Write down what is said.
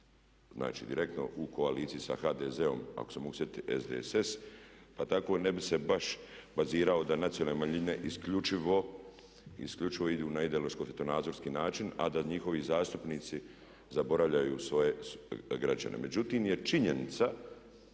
znači direktno u koaliciji sa HDZ-om ako se mogu sjetiti SDSS pa tako ne bih se baš bazirao da nacionalne manjine isključivo idu na ideološko svjetonazorski način, a da njihovi zastupnici zaboravljaju svoje građane. Međutim je činjenica